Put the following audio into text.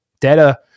data